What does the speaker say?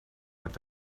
with